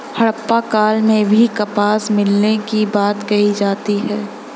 हड़प्पा काल में भी कपास मिलने की बात कही जाती है